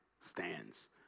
stands